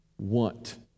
want